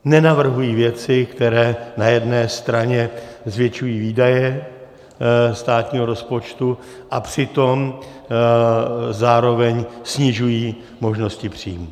Nenavrhují věci, které na jedné straně zvětšují výdaje státního rozpočtu, a přitom zároveň snižují možnosti příjmů.